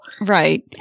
Right